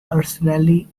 personally